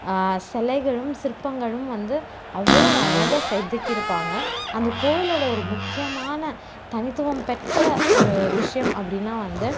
சிலைகளும் சிற்பங்களும் வந்து அவ்வளவு அழகாக செதிக்கிருப்பாங்க அந்த கோவிலோட ஒரு முக்கியமான தனித்துவம் பெற்ற ஒரு விஷயம் அப்படின்னா வந்து